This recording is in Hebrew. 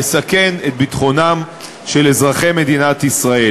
לסכן את ביטחונם של אזרחי מדינת ישראל.